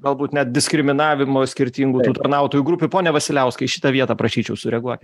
galbūt net diskriminavimo skirtingų tarnautojų grupių pone vasiliauskai šitą vietą prašyčiau sureaguoti